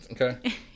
okay